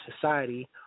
society